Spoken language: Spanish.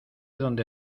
donde